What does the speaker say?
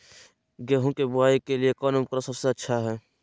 गेहूं के बुआई के लिए कौन उपकरण सबसे अच्छा है?